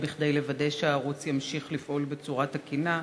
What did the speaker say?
כדי לוודא שהערוץ ימשיך לפעול בצורה תקינה,